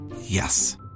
Yes